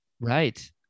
Right